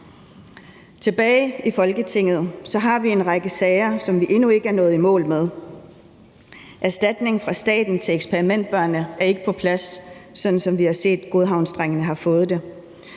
Tilbage i Folketinget har vi en række sager, som vi endnu ikke er nået i mål med. Erstatningen fra staten til eksperimentbørnene er ikke på plads, sådan som vi har set det gælde